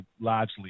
largely